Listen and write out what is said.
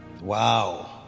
Wow